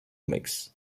mix